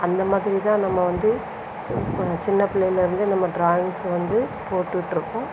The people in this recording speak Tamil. அந்த மாதிரி தான் நம்ம வந்து சின்ன பிள்ளைலர்ந்து நம்ம ட்ராயிங்ஸ் வந்து போட்டுகிட்ருக்கோம்